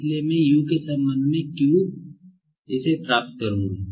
इसलिए मैं U के संबंध में Q इसे प्राप्त करूंगा